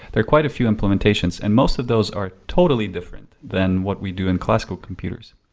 there are quite a few implementations and most of those are totally different than what we do in classical computers.